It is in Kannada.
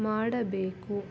ಮಾಡಬೇಕು